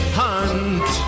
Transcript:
hunt